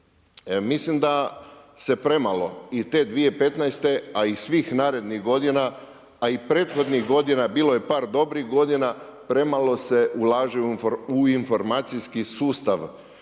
Mislim da se premalo i te 2015. a i svih narednih godina, a i prethodnih godina bilo je par dobrih godina, premalo se ulaže u informacijski sustav